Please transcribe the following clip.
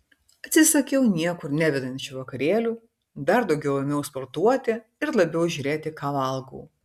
atsisakiau niekur nevedančių vakarėlių dar daugiau ėmiau sportuoti ir labiau žiūrėti ką valgau